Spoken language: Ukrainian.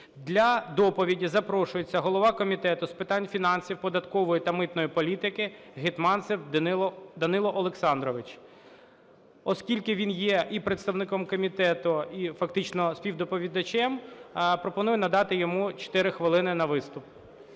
Для доповіді запрошується голова Комітету з питань фінансів, податкової та митної політики Гетманцев Данило Олександрович. Оскільки він є і представником комітету, і фактично співдоповідачем, пропоную надати йому чотири хвилини на виступ.